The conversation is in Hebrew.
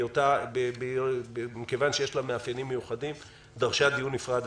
בהיותה בעלת מאפיינים מיוחדים דרשה דיון נפרד,